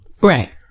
Right